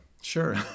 sure